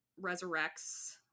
resurrects